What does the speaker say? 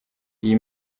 iyi